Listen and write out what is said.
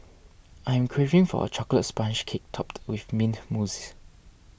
I am craving for a Chocolate Sponge Cake Topped with Mint Mousse